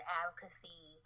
advocacy